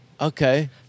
Okay